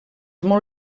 molt